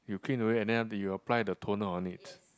you clean away and then after that you apply the toner on it